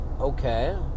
Okay